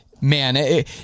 man